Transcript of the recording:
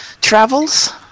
travels